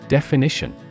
Definition